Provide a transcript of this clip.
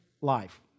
life